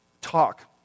talk